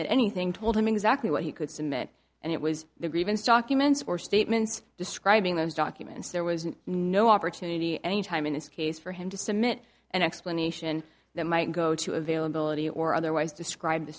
submit anything told him exactly what he could cement and it was the grievance documents or statements describing those documents there was no opportunity any time in this case for him to submit an explanation that might go to availability or otherwise describe the